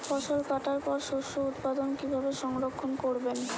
ফসল কাটার পর শস্য উৎপাদন কিভাবে সংরক্ষণ করবেন?